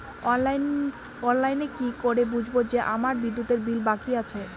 অনলাইনে কি করে বুঝবো যে আমার বিদ্যুতের বিল বাকি আছে?